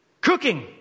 Cooking